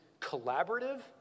collaborative